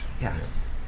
Yes